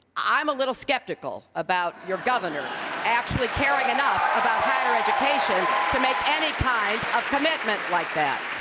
i am a little skeptical about your governor actually caring enough about higher education to make any kind of commitment like that.